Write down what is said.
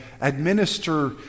administer